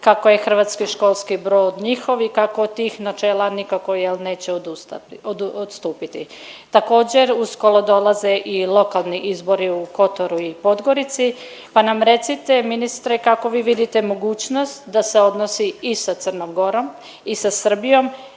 kako je je hrvatski školski brod njihov i kako od tih načela nikako jel' neće odustati, odstupiti. Također uskoro dolaze i lokalni izbori u Kotoru i Podgorici, pa nam recite ministre kako vi vidite mogućnost da se odnosi i sa Crnom Gorom i sa Srbijom